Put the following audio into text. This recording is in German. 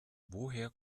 woher